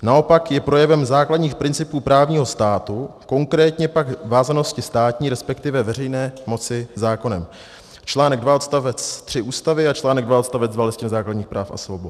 Naopak je projevem základních principů právního státu, konkrétně pak vázanosti státní, resp. veřejné moci zákonem článek 2 odst. 3 Ústavy a článek 2 odst. 2 Listiny základních práv a svobod.